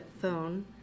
phone